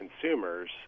consumers